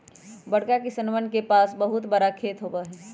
बड़का किसनवन के पास बहुत बड़ा खेत होबा हई